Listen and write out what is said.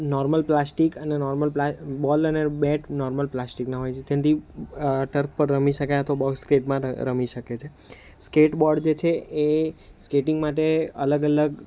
normal plastic અને normal પ્લા ball અને બેટ નોર્મલ પ્લાસ્ટિકના હોય છે જેનથી ટર્ફ પર રમી શકાય અથવા બોક્સ ક્રિકેટમાં ર રમી શકે છે સ્કેટબોર્ડ જે છે એ સ્કેટિંગ માટે અલગ અલગ